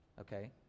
Okay